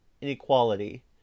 inequality